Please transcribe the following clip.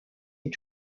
est